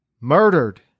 murdered